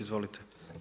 Izvolite.